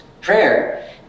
prayer